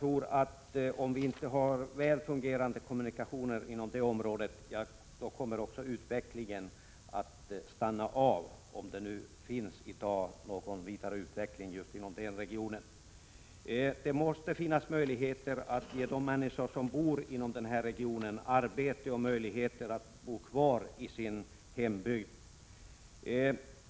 Om det inte finns väl fungerande kommunikationer i Bergslagen kommer utvecklingen att stanna av — om det nu finns någon vidare utveckling just i den regionen i dag. Det måste finnas möjligheter att ge de människor som bor inom den här regionen arbete och en chans att bo kvar i sina hembygder.